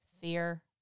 fear